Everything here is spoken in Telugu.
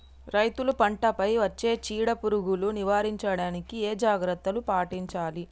రైతులు పంట పై వచ్చే చీడ పురుగులు నివారించడానికి ఏ జాగ్రత్తలు పాటించాలి?